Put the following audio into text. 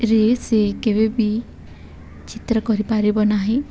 ରେ ସେ କେବେବି ଚିତ୍ର କରିପାରିବ ନାହିଁ